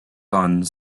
gordon